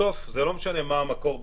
בסוף זה לא משנה מה המקור במדינה,